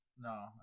No